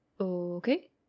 Okay